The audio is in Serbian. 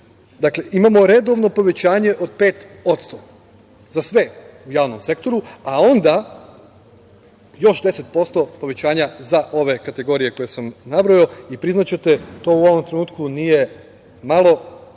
itd. Dakle, imamo redovno povećanje od 5% za sve u javnom sektoru, a onda još 10% povećanja za ove kategorije koje sam nabrojao. Priznaćete, to u ovom trenutku nije malo